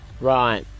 Right